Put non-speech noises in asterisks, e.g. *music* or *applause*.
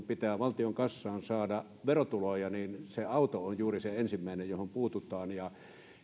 *unintelligible* pitää valtion kassaan saada verotuloja niin se auto on juuri se ensimmäinen johon puututaan